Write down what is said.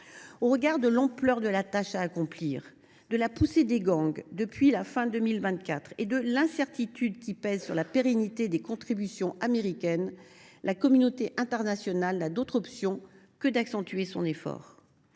Au regard de l’ampleur de la tâche à accomplir, de la poussée des gangs depuis la fin de l’année 2024 et de l’incertitude qui pèse sur la pérennité des contributions américaines, la communauté internationale n’a d’autre option que d’accentuer son effort.